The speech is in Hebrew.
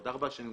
בעוד ארבע שנים,